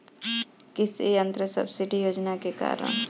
कृषि यंत्र सब्सिडी योजना के कारण?